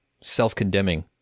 self-condemning